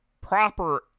proper